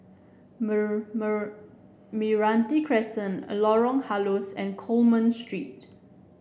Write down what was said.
Meranti Crescent a Lorong Halus and Coleman Street